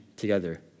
together